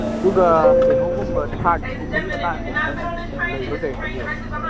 ꯑꯗꯨꯒ ꯀꯩꯅꯣꯒꯨꯝꯕ ꯁꯥꯔꯠꯀꯨꯝꯕꯒꯤ ꯃꯇꯥꯡꯗ ꯈꯤꯇꯪ ꯀꯩꯅꯣ ꯂꯩꯕꯒꯩ ꯍꯥꯏꯕꯤꯔꯛꯑꯣ